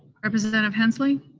representative hensley?